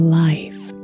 life